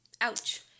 ouch